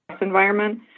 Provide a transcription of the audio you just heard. environment